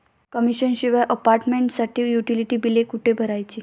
Commission शिवाय अपार्टमेंटसाठी utility बिले कुठे भरायची?